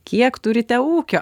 kiek turite ūkio